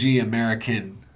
American